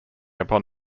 upon